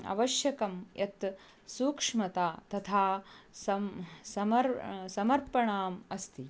आवश्यकी यत् सूक्ष्मता तथा सम् समर् समर्पणम् अस्ति